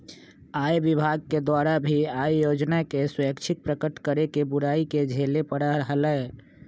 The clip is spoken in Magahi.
आय विभाग के द्वारा भी आय योजना के स्वैच्छिक प्रकट करे के बुराई के झेले पड़ा हलय